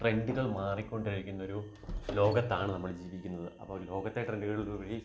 ട്രെൻഡുകൾ മാറിക്കൊണ്ടിരിക്കുന്നൊരു ലോകത്താണ് നമ്മൾ ജീവിക്കുന്നത് അപ്പോള് ലോകത്തെ ട്രെൻഡുകളിലുപരി